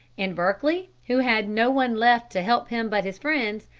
and berkeley, who had no one left to help him but his friends,